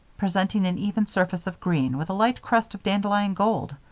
presenting an even surface of green with a light crest of dandelion gold.